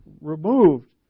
removed